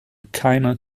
keiner